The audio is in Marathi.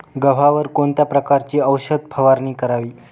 गव्हावर कोणत्या प्रकारची औषध फवारणी करावी?